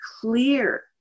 clear